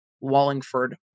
Wallingford